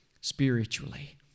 spiritually